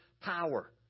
power